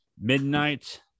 Midnight